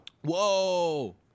Whoa